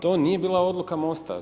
To nije bila odluka MOST-a.